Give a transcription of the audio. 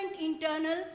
internal